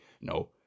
no